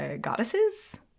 goddesses